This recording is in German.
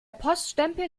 poststempel